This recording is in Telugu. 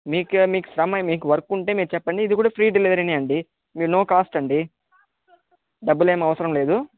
మీకు మీకు శ్రమే మీకు వర్క్ ఉంటే మీరు చెప్పండి ఇది కూడా ఫ్రీ డెలివరీనే అండీ నో కాస్ట్ అండి డబ్బులు ఏమీ అవసరం లేదు